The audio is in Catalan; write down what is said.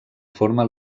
forma